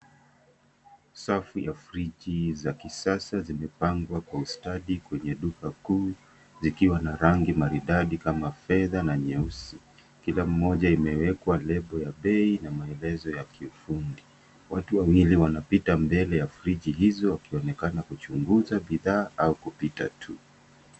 Safu ya fridgi za kisasa zimepangwa kwa ustadi kwenye duka kuu zikiwa na rangi maridadi kama fedha na nyeusi. Kila moja imewekwa lebo ya bei na maelezo ya kiufundi. Watu wawili wanapita mbele ya fridgi hizo wakionekana kuchunguza bidhaa au kupita tu.